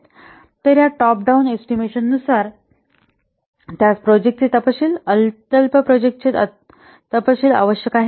तर या top down एस्टिमेशनानुसार त्यास प्रोजेक्टाचे तपशील अत्यल्प प्रोजेक्टाचे अत्यल्प तपशील आवश्यक आहे